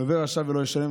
'לֹוֶה רשע ולא ישלם,